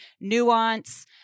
nuance